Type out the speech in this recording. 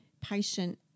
patient